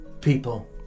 people